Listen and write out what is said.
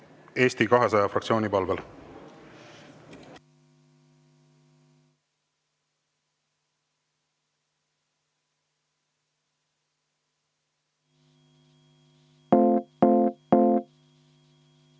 Eesti 200 fraktsiooni palvel.V